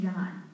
God